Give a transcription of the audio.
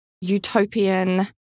utopian